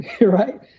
right